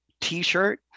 t-shirt